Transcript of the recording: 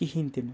کِہیٖنۍ تِنہٕ